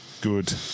Good